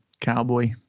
cowboy